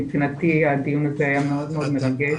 מבחינתי הדיון הזה היה מאוד מאוד מרגש.